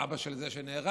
אבא של זה שנהרג,